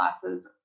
classes